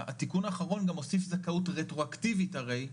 התיקון האחרון גם הוסיף זכאות רטרואקטיבית הרי,